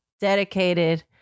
dedicated